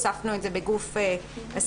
הוספנו את זה בגוף הסעיפים: